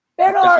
pero